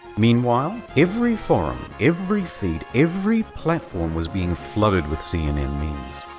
meanwhile, every forum, every feat, every platform was being flooded with cnn memes.